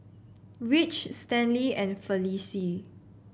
Ridge Stanley and Felicie